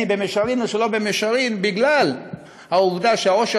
במישרין או שלא במישרין מהעובדה שהעושר